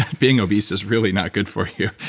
being obese is really not good for you,